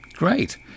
Great